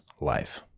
life